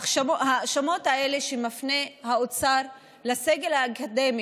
ההאשמות האלה שמפנה האוצר לסגל האקדמי,